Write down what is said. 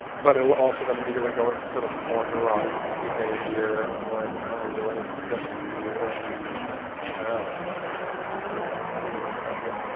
but then it will also then immediately go into sort of more neurotic behavior of like, oh, really, is this the best you can do? and well, that seems pretty uncool as an idea.